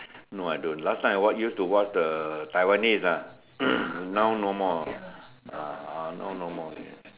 no I don't last time I watch used to watch the Taiwanese ah now no more ah now no more already